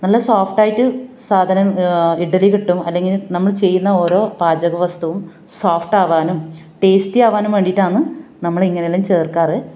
നല്ല സോഫ്റ്റ് ആയിട്ട് സാധനം ഇഡലി കിട്ടും അല്ലെങ്കിൽ നമ്മൾ ചെയ്യുന്ന ഓരോ പാചകവസ്തുവും സോഫ്റ്റ് ആവാനും ടേസ്റ്റി ആവാനും വേണ്ടിയിട്ടാന്ന് നമ്മൾ ഇങ്ങനെയെല്ലാം ചേർക്കാറ്